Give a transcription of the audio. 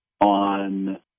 on